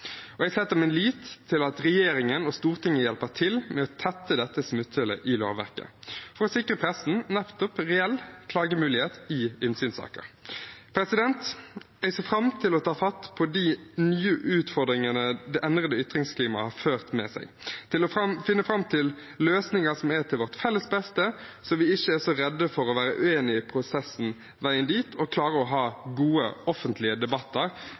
Jeg setter min lit til at regjeringen og Stortinget hjelper til med å tette dette smutthullet i lovverket for å sikre pressen reell klagemulighet i innsynssaker. Jeg ser fram til å ta fatt på de nye utfordringene det endrede ytringsklimaet har ført med seg, og til å finne fram til løsninger som er til vårt felles beste, så vi ikke er så redde for å være uenige i prosessen på veien dit og klarer å ha gode, offentlige debatter